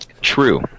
True